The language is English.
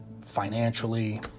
financially